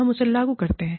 हम इसे लागू करते हैं